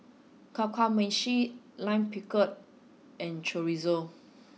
Kamameshi Lime Pickle and Chorizo